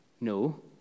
No